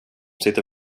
sitter